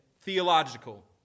theological